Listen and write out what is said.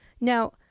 Now